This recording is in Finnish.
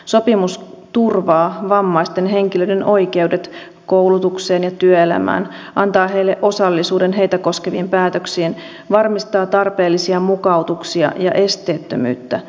sopimus turvaa vammaisten henkilöiden oikeudet koulutukseen ja työelämään antaa heille osallisuuden heitä koskeviin päätöksiin varmistaa tarpeellisia mukautuksia ja esteettömyyttä